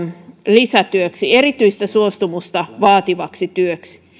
lisätyöksi erityistä suostumusta vaativaksi työksi